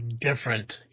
different